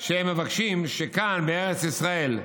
שהם מבקשים שכאן, בארץ ישראל,